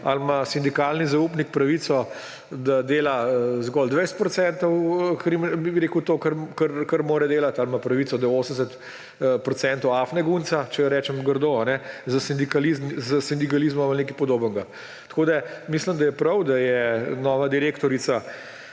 ali ima sindikalni zaupnik pravico, da dela zgolj 20 % tega, kar mora delati, ali ima pravico, da 80 % afne gunca, če rečem grdo, s sindikalizmom ali nekaj podobnega. Mislim, da je prav, da je nova direktorica